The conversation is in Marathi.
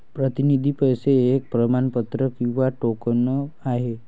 प्रतिनिधी पैसे एक प्रमाणपत्र किंवा टोकन आहे